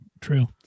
True